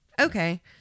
Okay